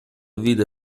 vide